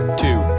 two